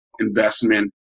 investment